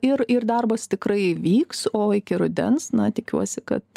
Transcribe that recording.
ir ir darbas tikrai vyks o iki rudens na tikiuosi kad